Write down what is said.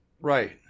Right